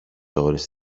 ώρες